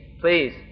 please